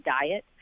diet